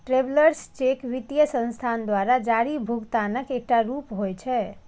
travellers cheque वित्तीय संस्थान द्वारा जारी भुगतानक एकटा रूप होइ छै